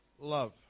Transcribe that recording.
love